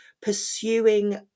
pursuing